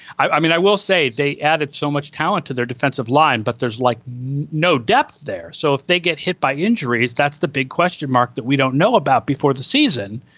i mean i will say they added so much talent to their defensive line but there's like no depth there. so if they get hit by injuries that's the big question mark that we don't know about before the season.